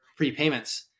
prepayments